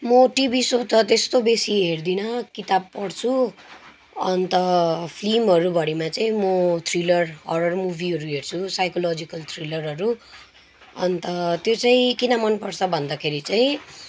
म टिभी सो त त्यस्तो बेसी हेर्दिनँ किताब पढ्छु अन्त फिल्महरूभरिमा चाहिँ म थ्रिलर हरर मुभीहरू हेर्छु साइकोलोजिकल थ्रिलरहरू अन्त त्यो चाहिँ किन मनपर्छ भन्दाखेरि चाहिँ